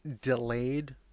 delayed